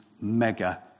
mega